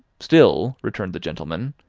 still, returned the gentleman,